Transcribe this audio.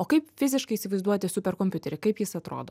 o kaip fiziškai įsivaizduoti superkompiuterį kaip jis atrodo